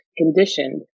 conditioned